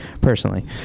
personally